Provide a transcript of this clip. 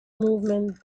movement